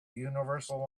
universal